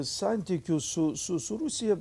santykių su su su rusija